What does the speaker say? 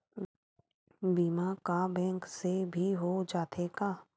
बीमा का बैंक से भी हो जाथे का?